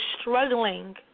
struggling